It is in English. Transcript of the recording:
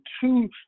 two